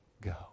go